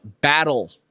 battle